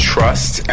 Trust